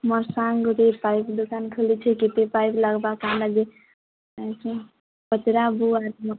ମୋର ସାଙ୍ଗ ଗୁଟେ ପାଇପ୍ ଦୁକାନ ଖୁଲିଛି କେତେ ପାଇପ୍ ଲଗାବା କାଣା ଯେ ପଚରାବୁ ଆରୁ